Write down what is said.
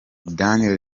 dan